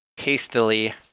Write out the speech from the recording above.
hastily